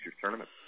tournament